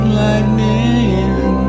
lightning